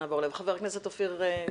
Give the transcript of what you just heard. חבר הכנסת אופיר כץ.